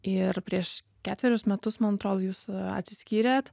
ir prieš ketverius metus man atrodo jūs atsiskyrėt